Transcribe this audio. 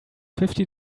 fifty